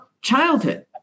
childhood